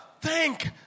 thank